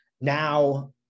now